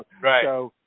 Right